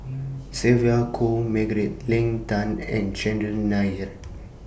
Sylvia Kho Margaret Leng Tan and Chandran Nair